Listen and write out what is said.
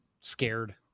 scared